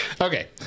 Okay